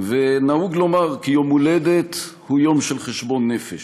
ונהוג לומר כי יום הולדת הוא יום של חשבון נפש.